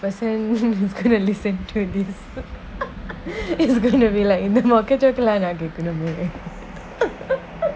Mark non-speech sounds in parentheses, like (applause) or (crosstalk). person (laughs) currently listen to this (laughs) is gonna be like இந்த மொக்க:intha mokka joke lah நா கேக்கணுமே:na kekanume (laughs)